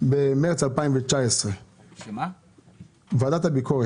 במרץ 2019". שים לב,